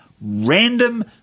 random